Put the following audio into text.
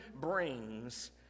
brings